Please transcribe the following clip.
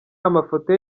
amafoto